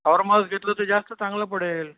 farmhouse घेतलं तर जास्त चांगलं पडेल